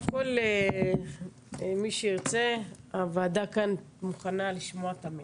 כל מי שירצה, הוועדה כאן מוכנה לשמוע תמיד.